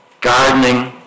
gardening